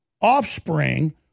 offspring